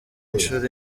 nshuro